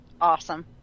Awesome